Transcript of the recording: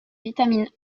vitamine